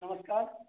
नमस्कार